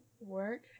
work